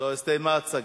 זהו, הסתיימה ההצגה.